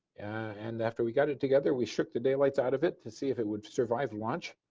and after we got it together we shook the day light out of it to see if it would survival launch,